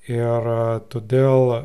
ir todėl